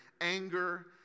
anger